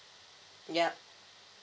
yup